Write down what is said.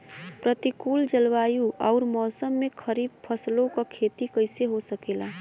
प्रतिकूल जलवायु अउर मौसम में खरीफ फसलों क खेती कइसे हो सकेला?